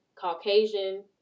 Caucasian